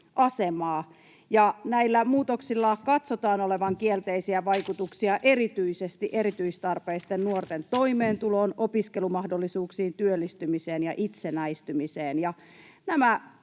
näillä muutoksilla katsotaan olevan kielteisiä vaikutuksia erityisesti erityistarpeisten nuorten toimeentuloon, opiskelumahdollisuuksiin, työllistymiseen ja itsenäistymiseen.